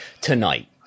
tonight